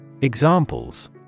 Examples